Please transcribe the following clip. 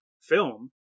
film